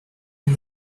and